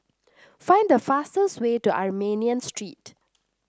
find the fastest way to Armenian Street